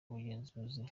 ubugenzuzi